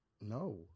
No